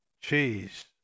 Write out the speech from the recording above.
cheese